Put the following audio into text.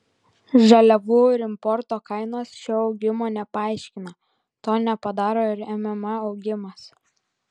žaliavų ir importo kainos šio augimo nepaaiškina to nepadaro ir mma augimas